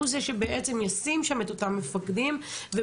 הוא בעצם זה שישים שם את אותם מפקדים ובעצם